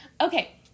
Okay